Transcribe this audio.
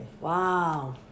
Wow